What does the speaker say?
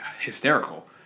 hysterical